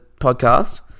podcast